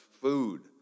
food